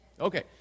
Okay